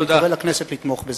אני קורא לכנסת לתמוך בזה.